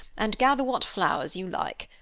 and gather what flowers you like.